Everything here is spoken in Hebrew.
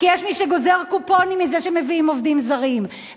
כי יש מי שגוזר קופון מזה שמביאים עובדים זרים,